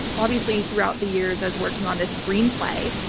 obviously, throughout the years i was working on this screenplay,